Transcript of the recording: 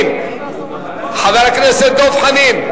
חבר הכנסת דב חנין.